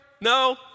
No